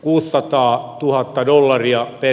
uusi sataa tuhatta dollaria ei